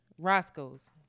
Roscoe's